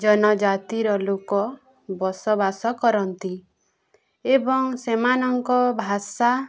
ଜନଜାତିର ଲୋକ ବସବାସ କରନ୍ତି ଏବଂ ସେମାନଙ୍କ ଭାଷା